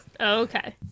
Okay